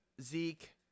zeke